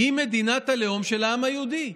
היא מדינת הלאום של העם היהודי.